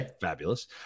fabulous